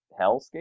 hellscape